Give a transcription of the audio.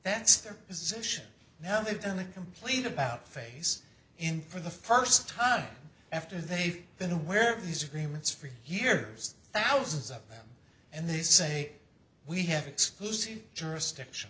that's their position now they've done a complete about face in for the first time after they've been aware of these agreements for years thousands of them and they say we have exclusive jurisdiction